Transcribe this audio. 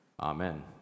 Amen